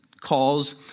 calls